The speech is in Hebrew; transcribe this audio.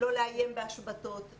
לא לאיים בהשבתות,